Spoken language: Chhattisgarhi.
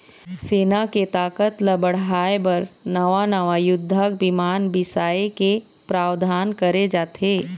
सेना के ताकत ल बढ़ाय बर नवा नवा युद्धक बिमान बिसाए के प्रावधान करे जाथे